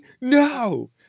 No